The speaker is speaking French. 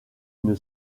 une